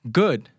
good